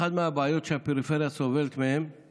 אחת הבעיות שהפריפריה סובלת מהן היא